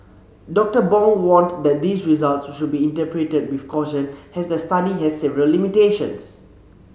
Doctor Bong warned that these results should be interpreted with caution as the study has several limitations